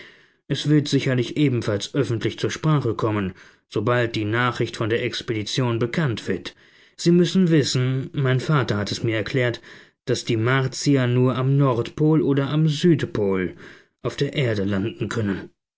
es wird sicherlich ebenfalls öffentlich zur sprache kommen sobald die nachricht von der expedition bekannt wird sie müssen wissen mein vater hat es mir erklärt daß die martier nur am nordpol oder am südpol auf der erde landen können